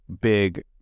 big